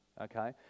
okay